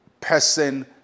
person